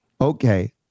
Okay